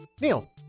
Neil